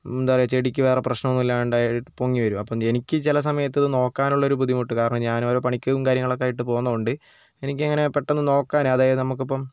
എന്താ പറയുക ചെടിക്ക് വേറെ പ്രശ്നമൊന്നും ഇല്ലാണ്ടായി പൊങ്ങിവരും അപ്പോൾ എനിക്ക് ചില സമയത്ത് ഇത് നോക്കാനുള്ളൊരു ബുദ്ധിമുട്ട് കാരണം ഞാൻ ഓരോ പണിക്കും കാര്യങ്ങളൊക്കെയായിട്ട് പോവുന്നതുകൊണ്ട് എനിക്ക് അങ്ങനെ പെട്ടെന്ന് നോക്കാൻ അതായത് നമുക്കിപ്പം